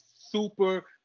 super